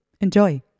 Enjoy